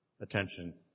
attention